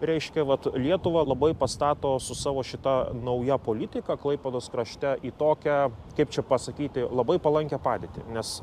reiškia vat lietuvą labai pastato su savo šita nauja politika klaipėdos krašte į tokią kaip čia pasakyti labai palankią padėtį nes